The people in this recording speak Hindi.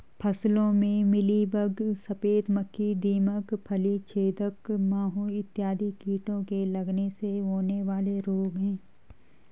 फसलों में मिलीबग, सफेद मक्खी, दीमक, फली छेदक माहू इत्यादि कीटों के लगने से होने वाले रोग हैं